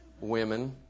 women